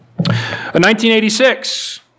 1986